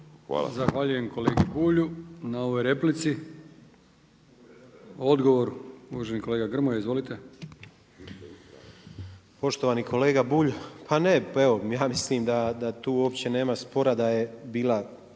Zahvaljujem kolegi Bulju na ovoj replici. Odgovor, uvaženi kolega Grmoja, izvolite. **Grmoja, Nikola (MOST)** Poštovani kolega Bulj, pa ne, pa evo, ja mislim da tu uopće nema spora da je bio